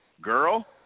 Girl